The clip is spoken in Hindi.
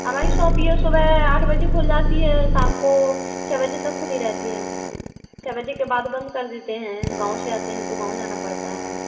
हमारी शॉप यह सुबह आठ बजे खुल जाती है शाम को छः बजे तक खुली रहती है छः बजे के बाद बंद कर देते हैं गाँव से आते हैं तो गाँव जाना पड़ता है